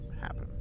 happen